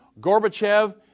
Gorbachev